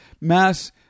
mass